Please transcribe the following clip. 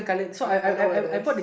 I I know where that is